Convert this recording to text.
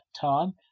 time